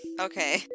Okay